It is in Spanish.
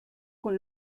con